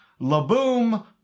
Laboom